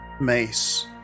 mace